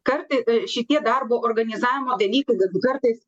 kartai šitie darbo organizavimo dalykai galbūt kartais